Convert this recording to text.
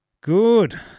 Good